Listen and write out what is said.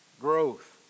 growth